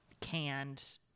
canned